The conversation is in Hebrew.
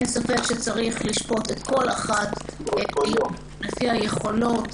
אין ספק שצריך לשפוט כל אחת לפי היכולות